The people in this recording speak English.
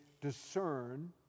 discern